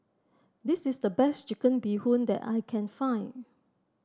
this is the best Chicken Bee Hoon that I can find